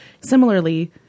similarly